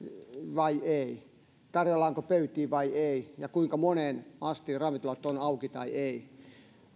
vai eivät tarjoillaanko pöytiin vai ei ja kuinka moneen asti ravintolat ovat auki tai eivät